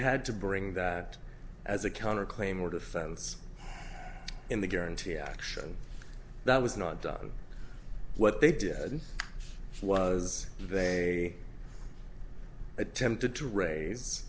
had to bring that as a counter claim or defense in the guaranty action that was not done what they did was they attempted to raise